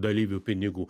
dalyvių pinigų